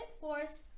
forced